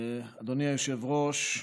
אדוני היושב-ראש,